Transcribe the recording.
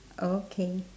okay